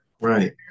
Right